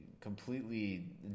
completely